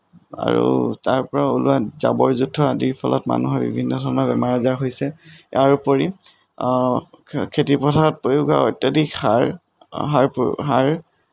আৰু তাৰ পৰা ওলোৱা জাবৰ জোঠৰ আদিৰ ফলত মানুহৰ বিভিন্ন ধৰণৰ বেমাৰ হৈছে তাৰোপৰি খেতি পথাৰত প্ৰয়োগ হোৱা অত্যাধিক সাৰ